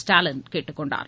ஸ்டாலின் கேட்டுக் கொண்டார்